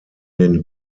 den